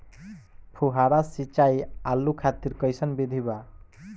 फुहारा सिंचाई आलू खातिर कइसन विधि बा?